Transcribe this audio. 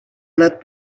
anat